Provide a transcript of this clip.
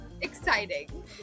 exciting